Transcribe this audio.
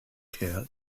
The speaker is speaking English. care